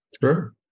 Sure